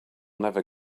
never